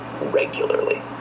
regularly